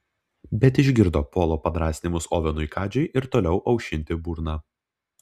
bet išgirdo polo padrąsinimus ovenui kadžiui ir toliau aušinti burną